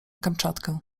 kamczatkę